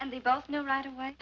and we both know right away